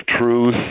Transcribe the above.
truth